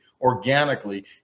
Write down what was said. organically